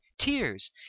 tears